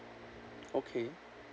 okay